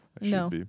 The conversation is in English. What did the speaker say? no